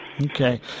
Okay